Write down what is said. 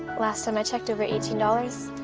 last time i checked, over eighteen dollars.